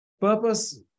Purpose